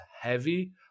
heavy